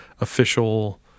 official